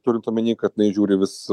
turint omenyje kad jinai žiūri vis